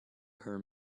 her